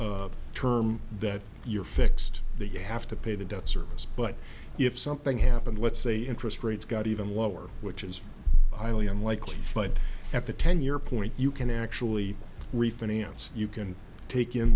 year term that you're fixed they have to pay the debt service but if something happened let's say interest rates got even lower which is highly unlikely but at the ten year point you can actually refinance you can take in